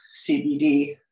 CBD